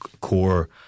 core